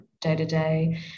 day-to-day